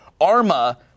Arma